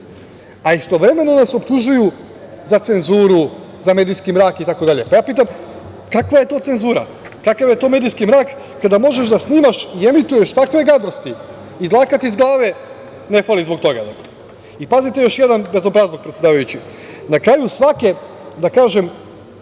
a istovremeno nas optužuju za cenzuru, za medijski mrak, itd. Pitam – kakva je to cenzura? Kakav je to medijski mrak kada možeš da snimaš i emituješ takve gadosti i dlaka ti sa glave ne fali zbog toga? Pazite još jedan bezobrazluk, predsedavajući – na kraju svake, da kažem,